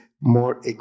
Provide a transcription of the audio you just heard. more